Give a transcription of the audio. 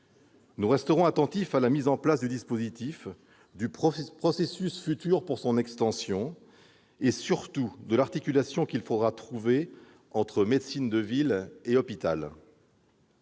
Nous resterons attentifs à la mise en place du dispositif, de son extension future et, surtout, de l'articulation qu'il faudra trouver entre médecine de ville et hôpital.